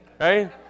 right